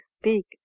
speak